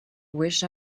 wish